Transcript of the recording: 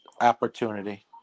opportunity